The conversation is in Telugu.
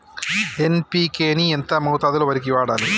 ఎన్.పి.కే ని ఎంత మోతాదులో వరికి వాడాలి?